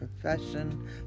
profession